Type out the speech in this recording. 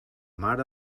mar